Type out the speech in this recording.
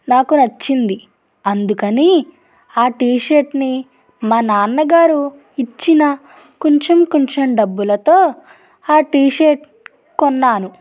నాకు నచ్చింది అందుకని ఆ టీషర్ట్ని మా నాన్నగారు ఇచ్చిన కొంచెం కొంచెం డబ్బులతో ఆ టీషర్ట్ కొన్నాను